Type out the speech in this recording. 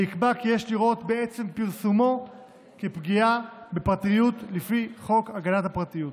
ויקבע כי יש לראות בעצם פרסומו פגיעה בפרטיות לפי חוק הגנת הפרטיות.